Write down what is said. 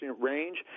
range